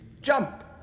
jump